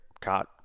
caught